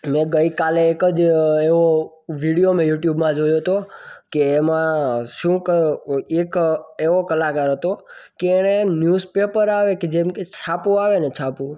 મેં ગઈકાલે એક જ એવો વીડિયો મેં યૂટ્યુબમાં જોયો હતો કે એમાં શો એક એવો કલાકાર હતો કે એણે ન્યુઝપેપર આવે કે જેમ કે છાપું આવે ને છાપું